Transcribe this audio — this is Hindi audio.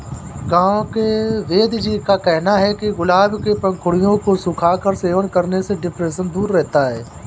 गांव के वेदजी का कहना है कि गुलाब के पंखुड़ियों को सुखाकर सेवन करने से डिप्रेशन दूर रहता है